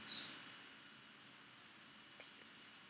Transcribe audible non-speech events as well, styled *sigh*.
*breath*